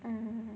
mm